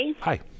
Hi